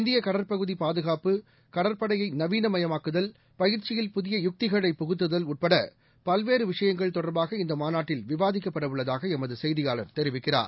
இந்தியகடற்பகுதிபாதுகாப்பு கடற்படையைநவீனமயமாக்குதல் பயிற்சியில் புதிய யுக்திகளை உட்படபல்வேறுவிஷயங்கள் புகுத்துதல் தொடர்பாக இந்தமாநாட்டில் விவாதிக்கப்படவுள்ளதாகளமதுசெய்தியாளர் தெரிவிக்கிறார்